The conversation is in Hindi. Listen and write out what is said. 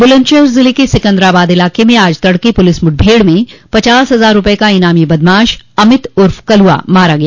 बुलन्दशहर जिले के सिकन्दराबाद इलाक में आज तड़के पुलिस मुठभेड़ में पचास हजार रूपये का इनामी बदमाश अमित उर्फ कलवा मारा गया